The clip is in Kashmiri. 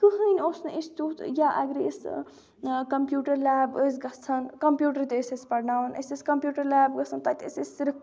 کٕہٕنۍ اوس نہٕ اَسہِ تیُٚتھ یا اگرَے أسۍ کَمپیوٗٹَر لیب ٲسۍ گژھان کَمپیوٗٹَر تہِ ٲسۍ أسۍ پرناوَان اَسہِ ٲسۍ کَمپیوٗٹَر لیب گژھان تَتہِ ٲسۍ أسۍ صرف